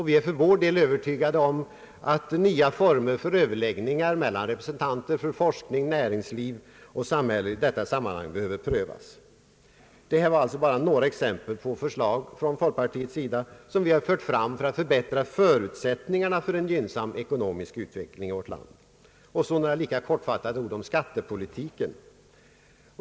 Vi är övertygade om att nya former för överläggningar mellan representanter för forskning, näringsliv och samhälle i detta sammanhang behöver prövas. Detta var alltså bara några exempel på förslag som vi från folkpartiet har fört fram för att förbättra förutsättningarna för en gynnsam ekonomisk utveckling i vårt land. Så vill jag lika kortfattat säga något om skattepolitiken.